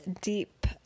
deep